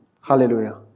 Hallelujah